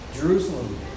Jerusalem